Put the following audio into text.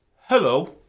hello